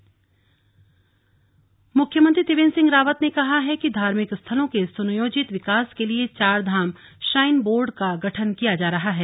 CM Rishikesh मुख्यमंत्री त्रिवेन्द्र सिहं रावत ने कहा है कि धार्मिक स्थलों के सुनियोजित विकास के लिए चारधाम श्राइन बोर्ड का गठन किया जा रहा है